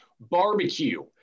barbecue